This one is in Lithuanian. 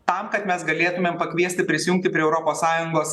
tam kad mes galėtumėm pakviesti prisijungti prie europos sąjungos